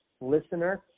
listener